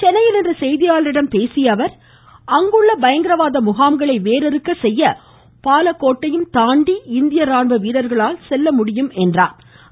சென்னையில் இன்று செய்தியாளர்களிடம் பேசியஅவர் அங்குள்ள பயங்கரவாத முகாம்களை வேரறுக்க செய்ய பாலக்கோட்டையயும் தாண்டி இந்திய ராணுவ வீரர்களால் செல்ல முடியும் என்று எடுத்துரைத்தார்